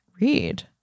read